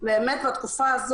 אבל זה לא אדם אחד בתקופה הזאת,